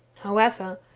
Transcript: however,